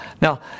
Now